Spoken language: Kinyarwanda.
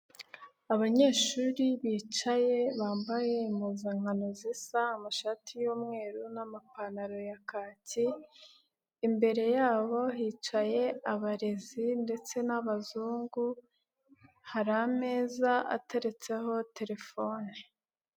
Abanyeshuri bicaye bambaye impuzankano zisa amashati y'umweru n'amapantaro ya kaki, imbere yabo hicaye abarezi ndetse n'abazungu, hari ameza ateretseho telefone.